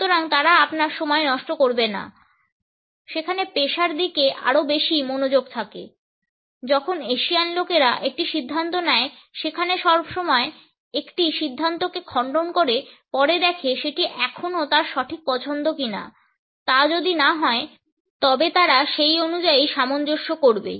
সুতরাং তারা আপনার সময় নষ্ট করবে না সেখানে পেশার দিকে আরও বেশি মনোযোগ থাকে যখন এশিয়ান লোকেরা একটি সিদ্ধান্ত নেয় সেখানে সবসময় একটি সিদ্ধান্তকে খণ্ডন করে পরে দেখে সেটি এখনও তার সঠিক পছন্দ কিনা তা যদি না হয় তবে তারা সেই অনুযায়ী সামঞ্জস্য করবে